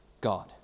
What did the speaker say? God